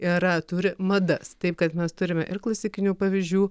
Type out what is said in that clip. yra turi madas taip kad mes turime ir klasikinių pavyzdžių